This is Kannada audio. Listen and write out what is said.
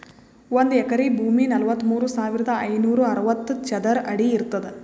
ಒಂದ್ ಎಕರಿ ಭೂಮಿ ನಲವತ್ಮೂರು ಸಾವಿರದ ಐನೂರ ಅರವತ್ತು ಚದರ ಅಡಿ ಇರ್ತದ